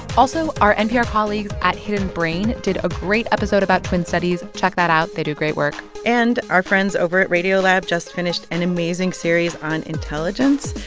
also, our npr colleagues at hidden brain did a great episode about twin studies. check that out. they do great work and our friends over at radiolab just finished an amazing series on intelligence,